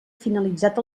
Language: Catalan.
finalitzat